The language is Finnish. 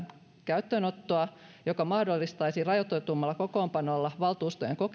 käyttöönottoa joka mahdollistaisi valtuustojen